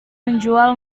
menjual